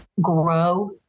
grow